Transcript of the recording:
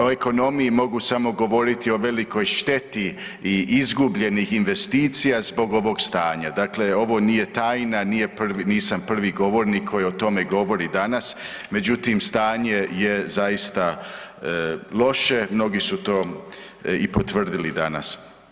O ekonomiji mogu govoriti samo o velikoj šteti i izgubljenih investicija zbog ovog stanja, dakle ovo nije tajna, nisam prvi govornik koji o tome govori danas međutim stanje je zaista loše, mnogi su to i potvrdili danas.